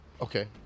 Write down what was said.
Okay